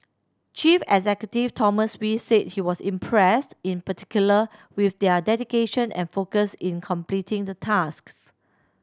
chief executive Thomas Wee said he was impressed in particular with their dedication and focus in completing the tasks